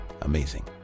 amazing